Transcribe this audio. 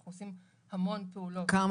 אנחנו עושים המון פעולות --- כמה?